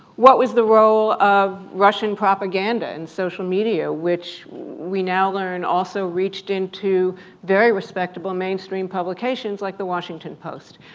what was the role of russian propaganda in social media, which we now learn also reached into very respectable mainstream publications like the washington post.